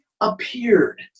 appeared